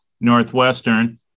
Northwestern